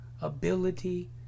ability